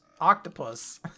Octopus